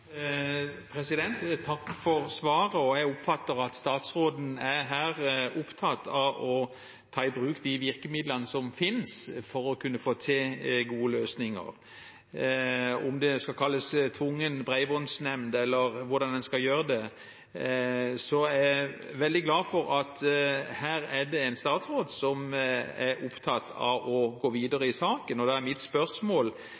Takk for svaret. Jeg oppfatter at statsråden her er opptatt av å ta i bruk de virkemidlene som finnes for å kunne få til gode løsninger. Enten det skal kalles «tvungen bredbåndsnemnd» eller hvordan en skal gjøre det, er jeg veldig glad for at det her er en statsråd som er opptatt av å gå